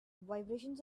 vibrations